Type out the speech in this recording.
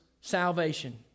salvation